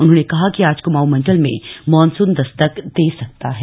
उन्होंने कहा कि आज क्माऊं मंडल में मॉनसून दस्तक दे सकता है